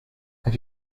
have